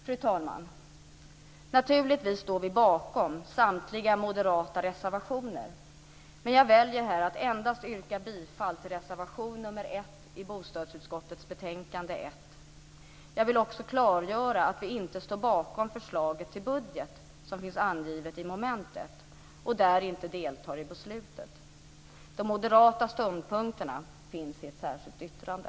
Fru talman! Naturligtvis står vi bakom samtliga moderata reservationer, men jag väljer här att yrka bifall endast till reservation nr 1 i bostadsutskottets betänkande nr 1. Jag vill också klargöra att vi inte står bakom förslaget till budget som finns angivet i mom. 1 och att vi där inte deltar i beslutet. De moderata ståndpunkterna finns i ett särskilt yttrande.